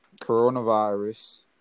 Coronavirus